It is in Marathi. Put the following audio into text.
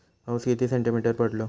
पाऊस किती सेंटीमीटर पडलो?